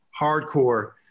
hardcore